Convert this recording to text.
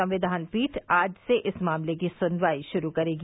संविधान पीठ आज से इस मामले की सुनवाई शुरू करेगी